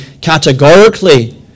categorically